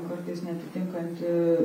kartais neatitinkanti